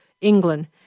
England